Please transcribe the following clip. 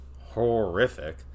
horrific